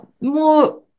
more